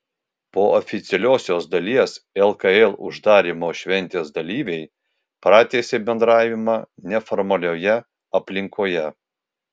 po oficialiosios dalies lkl uždarymo šventės dalyviai pratęsė bendravimą neformalioje aplinkoje